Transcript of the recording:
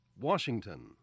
Washington